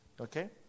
Okay